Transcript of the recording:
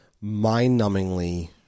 mind-numbingly